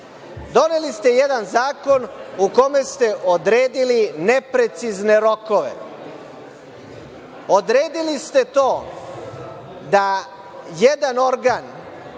tome? Doneli ste jedan zakon u kome ste odredili neprecizne rokove. Odredili ste to da jedan organ